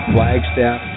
Flagstaff